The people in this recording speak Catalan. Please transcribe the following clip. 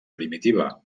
primitiva